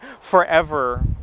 forever